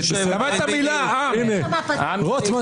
את ההוראה שבמקום נפתלי בנט ראש ממשלה